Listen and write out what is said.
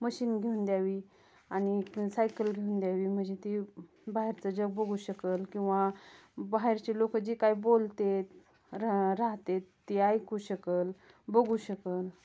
machine घेऊन द्यावी आणि सायकल घेऊन द्यावी म्हणजे ती बाहेरचं जग बघू शकेल किंवा बाहेरचे लोक जे काय बोलतात रा राहातात ती ऐकू शकेल बघू शकेल